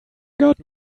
got